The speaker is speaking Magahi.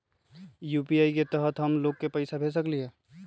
यू.पी.आई के तहद हम सब लोग को पैसा भेज सकली ह?